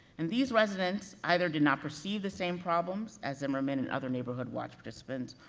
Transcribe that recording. and these residents, either did not perceive the same problems as zimmerman and other neighborhood watch participants,